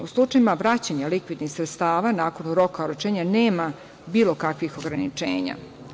U slučajevima vraćanja likvidnih sredstava nakon roka oročenja nema bilo kakvih ograničenja.